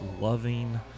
loving